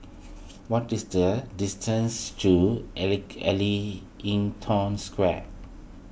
what is the distance to Ellington Square